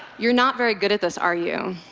you're not very good at this, are you?